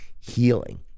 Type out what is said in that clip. healing